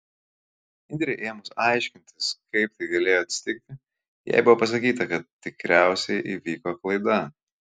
indrei ėmus aiškintis kaip tai galėjo atsitikti jai buvo pasakyta kad tikriausiai įvyko klaida